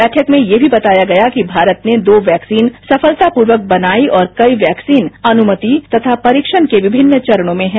बैठक में यह भी बताया गया कि भारत ने दो वैक्सीन सफलतापूर्वक बनायी और कई वैक्सीन अनुमति तथा परिसण के विभिन्न चरणों में हैं